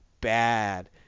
bad